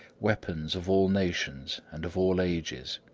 weapons of all nations and of all ages,